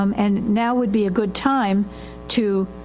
um and now would be a good time to,